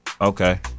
Okay